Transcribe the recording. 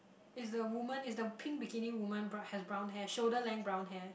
is the woman is the pink bikini women but have brown hair shoulder length brown hair